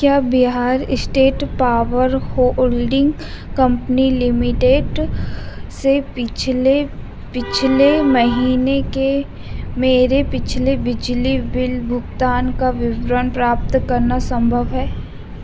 क्या Bihar state power holding company limited से पिछले पिछले महीने के मेरे पिछले बिजली बिजली बिल भुगतान का विवरण प्राप्त करना सम्भव है